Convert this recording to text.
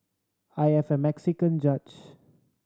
I have a Mexican judge